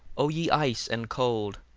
o ye ice and cold,